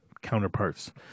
counterparts